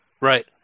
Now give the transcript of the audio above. Right